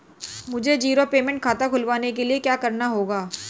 मुझे zero payment खाता खुलवाने के लिए क्या करना होगा?